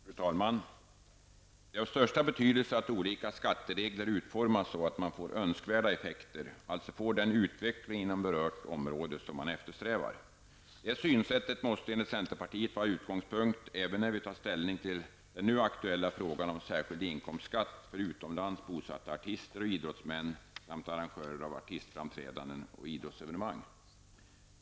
Fru talman! Det är av största betydelse att skattereglerna utformas så att man får önskvärda effekter, alltså får den utveckling inom berört område som man eftersträvar. Detta synsätt måste enligt centerpartiet vara utgångspunkten även när vi tar ställning till den nu aktuella frågan om särskild inkomstskatt för utomlands bosatta artister och idrottsmän samt arrangörer av artistframträdanden och idrottsevenemang.